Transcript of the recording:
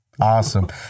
Awesome